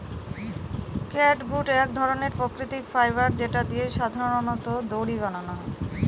catgut এক ধরনের প্রাকৃতিক ফাইবার যেটা দিয়ে সাধারনত দড়ি বানানো হয়